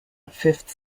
fifth